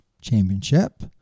Championship